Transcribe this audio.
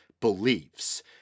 beliefs